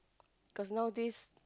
cause nowadays